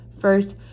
First